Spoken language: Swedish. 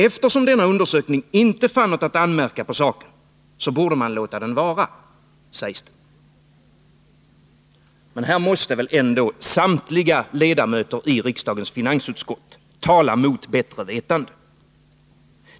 Eftersom denna undersökning inte fann något att anmärka på saken, borde man låta den vara, sägs det. Här måste väl ändå samtliga ledamöter i riksdagens finansutskott tala mot bättre vetande.